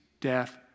death